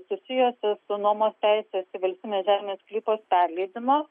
susijusias su nuomos teises į valstybinio žemės sklypo perleidimą